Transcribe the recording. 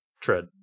tread